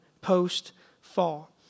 post-fall